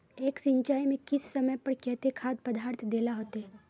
एक सिंचाई में किस समय पर केते खाद पदार्थ दे ला होते?